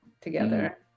together